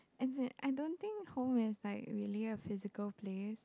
as in I don't think home is like really a physical place